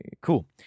cool